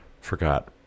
forgot